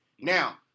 Now